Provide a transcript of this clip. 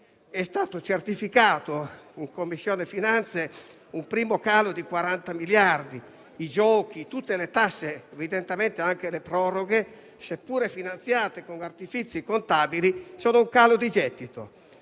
è stato certificato un primo calo di 40 miliardi; i giochi, tutte le tasse ed evidentemente anche le proroghe, seppure finanziate con artifizi contabili, vedono un calo di gettito.